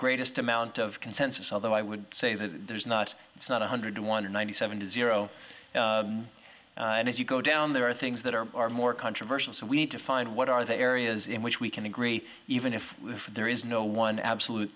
greatest amount of consensus although i would say that there's not it's not one hundred two hundred ninety seven to zero and if you go down there are things that are more controversial so we need to find what are the areas in which we can agree even if there is no one absolute